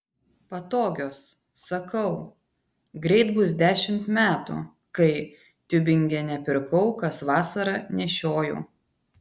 patogios sakau greit bus dešimt metų kai tiubingene pirkau kas vasarą nešioju